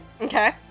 Okay